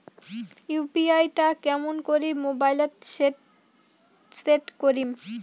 UPI টা কেমন করি মোবাইলত সেট করিম?